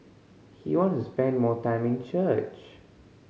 he wants to spend more time in church